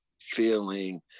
feeling